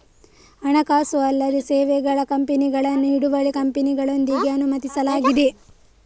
ಹಣಕಾಸು ಅಲ್ಲದ ಸೇವೆಗಳ ಕಂಪನಿಗಳನ್ನು ಹಿಡುವಳಿ ಕಂಪನಿಯೊಳಗೆ ಅನುಮತಿಸಲಾಗಿದೆ